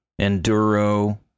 Enduro